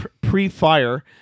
pre-fire